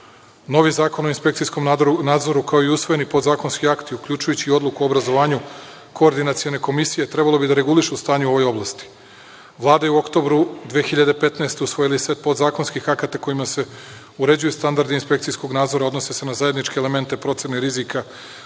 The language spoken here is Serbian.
zakon o inspekcijskom nadzoru, kao i usvojeni podzakonski akti, uključujući i Odluku o obrazovanju, koordinacione komisije trebalo bi da regulišu stanje u ovoj oblasti. Vlada je u oktobru 2015. godine usvojila i set podzakonskih akata kojima se uređuju standardi inspekcijskog nadzora, a odnose se na zajedničke elemente procene rizika,